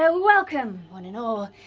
so welcome, one and all,